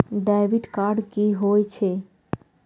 Debit card की होय छेय?